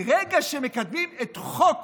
ברגע שמקדמים את חוק